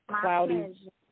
cloudy